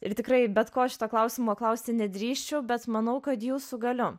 ir tikrai bet ko šito klausimo klausti nedrįsčiau bet manau kad jūsų galiu